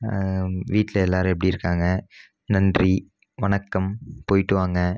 வீட்டில் எல்லாரும் எப்படி இருக்காங்க நன்றி வணக்கம் போய்விட்டு வாங்க